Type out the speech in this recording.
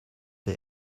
der